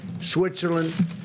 Switzerland